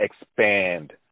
expand